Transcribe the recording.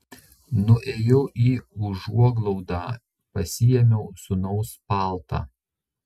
nuėjau į užuoglaudą pasiėmiau sūnaus paltą